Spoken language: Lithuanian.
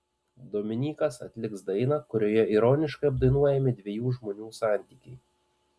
dominykas atliks dainą kurioje ironiškai apdainuojami dviejų žmonių santykiai